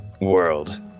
world